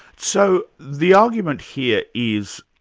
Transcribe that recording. so the argument here is,